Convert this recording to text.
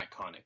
iconic